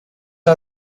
are